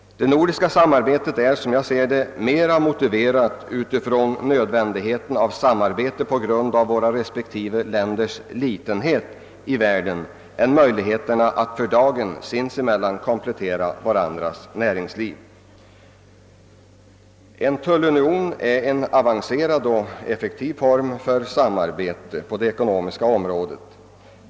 Det nordiska samarbetet är, som jag ser det, mera motiverat av nödvändigheten av samarbete på grund av våra respektive länders litenhet i världen än av möjligheterna att för dagen komplettera varandras näringsliv sinsemellan. En tullunion är en avancerad och effektiv form för samarbete på det ekonomiska området.